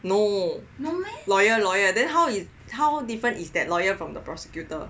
no no lawyer lawyer then how is how different is that lawyer from the prosecutor